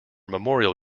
memorial